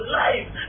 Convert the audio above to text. life